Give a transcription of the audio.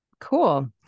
Cool